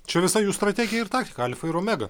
čia visa jų strategija ir taktika alfa ir omega